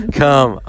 come